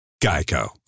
Geico